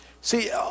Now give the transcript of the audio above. See